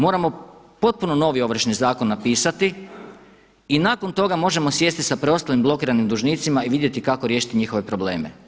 Moramo potpuno novi Ovršni zakon napisati i nakon toga možemo sjesti sa preostalim blokiranim dužnicima i vidjeti kako riješiti njihove probleme.